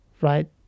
right